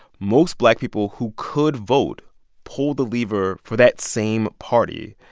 most black people who could vote pulled the lever for that same party.